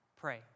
pray